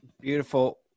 Beautiful